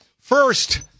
first